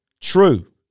true